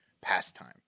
pastime